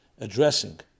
addressing